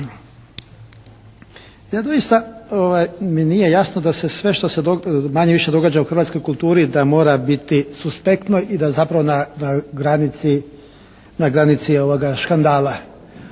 Ja doista, ovaj, mi nije jasno da se sve što se manje-više događa u hrvatskoj kulturi da mora biti suspektno i da zapravo na granici, ovoga, škandala.